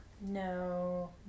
no